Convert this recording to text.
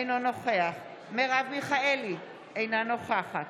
אינו נוכח מרב מיכאלי, אינה נוכחת